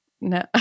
No